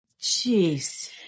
Jeez